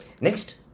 Next